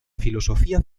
filosofía